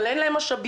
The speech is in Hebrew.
אבל אין להם משאבים,